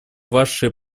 вашей